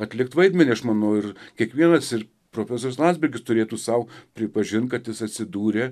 atlikt vaidmenį aš manau ir kiekvienas ir profesorius landsbergis turėtų sau pripažint kad jis atsidūrė